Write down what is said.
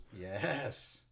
Yes